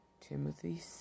Timothy